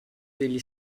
degli